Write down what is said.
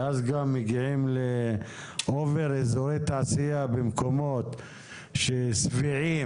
ואז גם מגיעים ליותר מידיי איזורי תעשייה במקומות ששבעים,